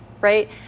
right